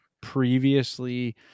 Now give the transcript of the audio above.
previously